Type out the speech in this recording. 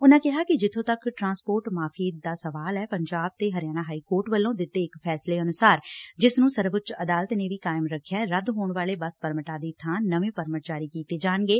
ਉਨੂਾ ਕਿਹਾ ਕਿ ਜਿੱਥੋਂ ਤੱਕ ਟਰਾਂਸਪੋਰਟ ਮਾਫੀਏ ਦਾ ਸਵਾਲ ਐ ਪੰਜਾਬ ਤੇ ਹਰਿਆਣਾ ਹਾਈਕੋਰਟ ਵੱਲੋਂ ਦਿੱਤੇ ਇਕ ਫੈਸਲੇ ਅਨੁਸਾਰ ਜਿਸ ਨੂੰ ਸਰਵਉੱਚ ਅਦਾਤਲ ਨੇ ਵੀ ਕਾਇਮ ਰਖਿਐ ਰੱਦ ਹੋਣ ਵਾਲੇ ਬੱਸ ਪਰਮਿਟਾਂ ਦੀ ਬਾਂ ਨਵੇਂ ਪਰਮਿਟ ਜਾਰੀ ਕੀਤੇ ਜਾਣਗੇ